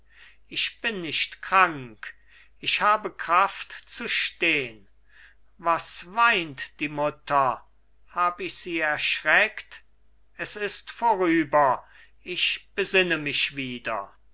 ich bin nicht krank ich habe kraft zu stehn was weint die mutter hab ich sie erschreckt es ist vorüber ich besinne mich wieder